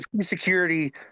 security